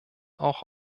auch